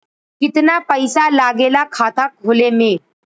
कितना पैसा लागेला खाता खोले में?